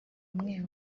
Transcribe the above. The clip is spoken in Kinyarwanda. umwe